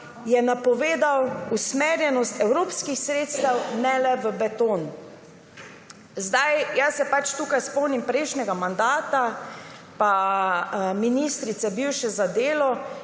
je napovedal usmerjenost evropskih sredstev ne le v beton. Jaz se pač tukaj spomnim prejšnjega mandata pa bivše ministrice za delo,